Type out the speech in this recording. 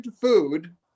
food